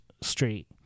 street